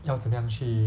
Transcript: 要怎么样去